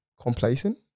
complacent